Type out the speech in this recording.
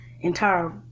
entire